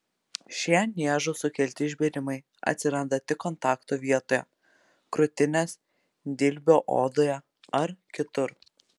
šie niežų sukelti išbėrimai atsiranda tik kontakto vietoje krūtinės dilbio odoje ar kitur